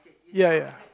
ya ya